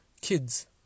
kids